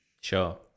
Sure